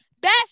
best